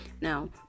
Now